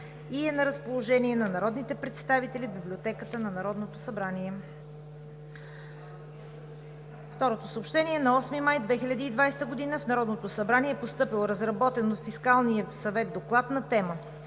и е на разположение на народните представители в Библиотеката на Народното събрание. На 8 май 2020 г. в Народното събрание е постъпил разработен от Фискалния съвет Доклад на тема